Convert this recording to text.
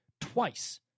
twice